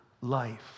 life